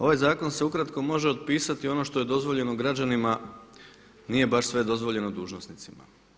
Ovaj zakon se ukratko može opisati ono što je dozvoljeno građanima, nije baš sve dozvoljeno dužnosnicima.